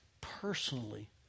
personally